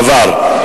עבר.